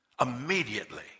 Immediately